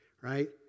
Right